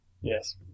Yes